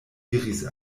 diris